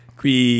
qui